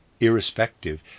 irrespective